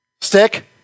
Stick